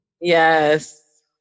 yes